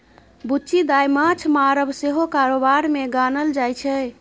बुच्ची दाय माँछ मारब सेहो कारोबार मे गानल जाइ छै